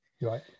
Right